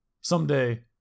Someday